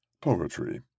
poetry